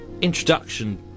introduction